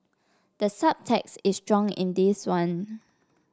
the subtext is strong in this one